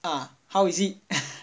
ah how is it